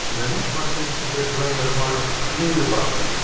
the next one seems to be player one new buttons.